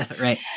right